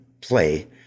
play